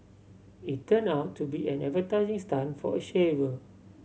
it turn out to be an advertising stunt for a shaver